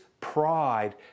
pride